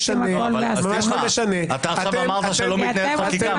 אתה עכשיו אמרת שלא מתנהלת חקיקה.